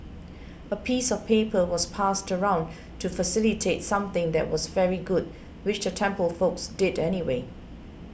a piece of paper was passed around to facilitate something that was very good which the temple folks did anyway